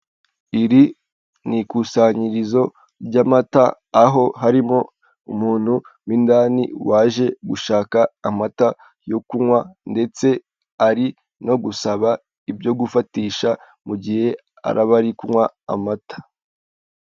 Iri ni ikusanyirizo ry'amata aho harimo umuntu w'indani waje gushaka amata yo kunywa ndetse ari no gusaba ibyo gufatisha mu gihe arabari kunywa amata.